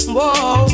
Whoa